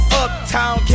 uptown